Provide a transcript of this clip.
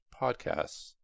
podcasts